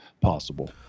possible